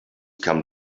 come